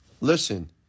Listen